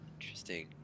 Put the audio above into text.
Interesting